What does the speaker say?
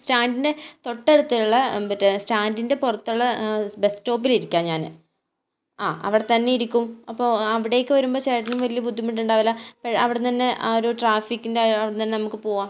സ്റ്റാൻഡിന് തൊട്ട് അടുത്തുള്ള പിന്നെ സ്റ്റാൻഡിൻ്റെ പുറത്തുള്ള ബസ് സ്റ്റോപ്പിൽ ഇരിക്കാം ഞാൻ ആ അവിടെ തന്നെ ഇരിക്കും അപ്പോൾ അവിടേക്ക് വരുമ്പോൾ ചേട്ടനും വലിയ ബുദ്ധിമുട്ടുണ്ടാകില്ല അവിടെ നിന്ന് ആ ഒരു ട്രാഫിക്കിൻ്റെ അവിടെ നിന്ന് നമുക്ക് പോകാം